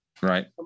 right